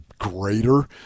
greater